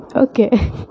Okay